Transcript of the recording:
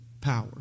power